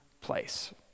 place